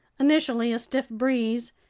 initially a stiff breeze,